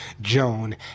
Joan